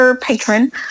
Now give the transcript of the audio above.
patron